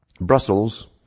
Brussels